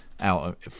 out